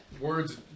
words